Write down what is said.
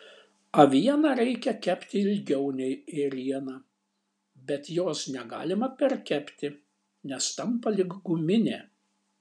avieną reikia kepti ilgiau nei ėrieną bet jos negalima perkepti nes tampa lyg guminė